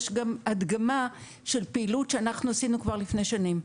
יש גם הדגמה של פעילות שאנחנו עשינו כבר לפני שנים.